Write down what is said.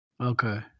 okay